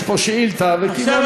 יש פה שאילתה וכאילו אנחנו,